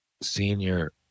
Senior